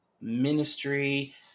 ministry